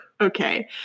Okay